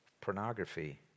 pornography